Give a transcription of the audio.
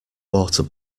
water